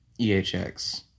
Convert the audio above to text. EHX